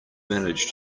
manage